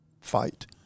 fight